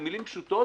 במילים פשוטות,